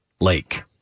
Lake